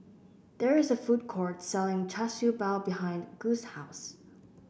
there is a food court selling Char Siew Bao behind Gus' house